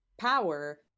power